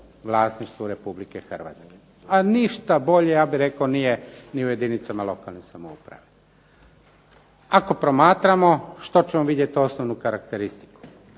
vlasništvu Republike Hrvatske. A ništa bolje ja bih rekao nije ni u jedinicama lokalne samouprave. Ako promatramo što ćemo vidjeti kao osnovnu karakteristiku?